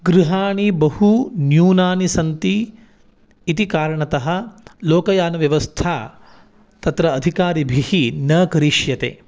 गृहाणि बहु न्यूनानि सन्ति इति कारणतः लोकयानव्यवस्था तत्र अधिकारिभिः न करिष्यते